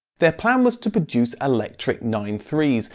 their plan was to produce electric nine three s,